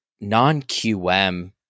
non-QM